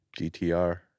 GTR